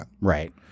Right